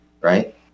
right